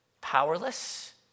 Powerless